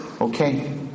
Okay